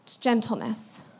gentleness